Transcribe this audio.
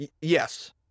Yes